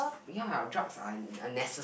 ya drugs are in a necessa